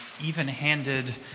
even-handed